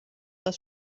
das